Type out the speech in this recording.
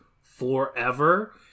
forever